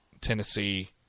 Tennessee